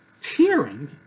tearing